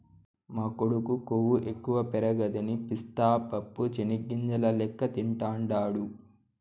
మా కొడుకు కొవ్వు ఎక్కువ పెరగదని పిస్తా పప్పు చెనిగ్గింజల లెక్క తింటాండాడు